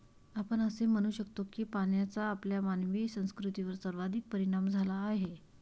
आपण असे म्हणू शकतो की पाण्याचा आपल्या मानवी संस्कृतीवर सर्वाधिक परिणाम झाला आहे